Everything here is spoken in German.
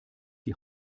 die